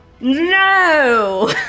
No